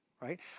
right